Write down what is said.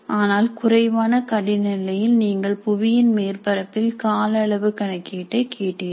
ஆனால் குறைவான கடின நிலையில் நீங்கள் புவியின் மேற்பரப்பில் கால அளவு கணக்கீட்டை கேட்டீர்கள்